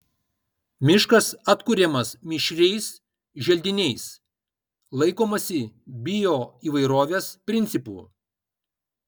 miškas atkuriamas mišriais želdiniais laikomasi bioįvairovės principų